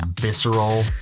visceral